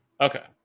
Okay